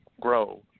Grow